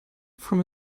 from